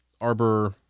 Arbor